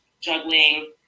juggling